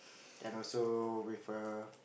and also with a